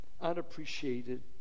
unappreciated